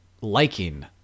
liking